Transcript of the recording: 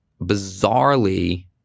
bizarrely